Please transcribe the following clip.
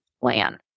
plan